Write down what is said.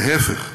להפך,